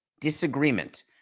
disagreement